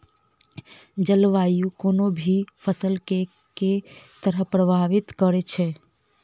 जलवायु कोनो भी फसल केँ के तरहे प्रभावित करै छै?